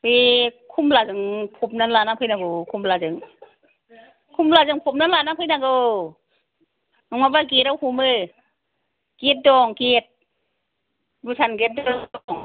बे खमलाजों फबना लाना फैनांगौ खमलाजों खमलाजों फबना लानानै फैनांगौ नङाबा गेट आव हमो गेट दं भुटान गेट दं